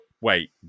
wait